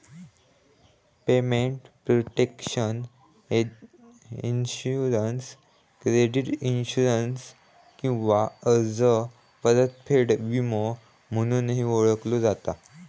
payment protection insurance credit insurance किंवा कर्ज परतफेड विमो म्हणूनही ओळखला जाता